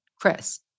Chris